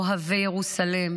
אוהבי ירוסלם.